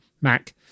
mac